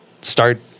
start